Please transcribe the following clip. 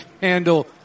handle